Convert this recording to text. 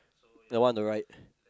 the one on the right